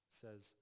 says